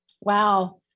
Wow